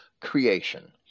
creation